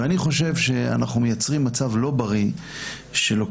אני חושב שאנחנו מייצרים מצב לא בריא שלוקחים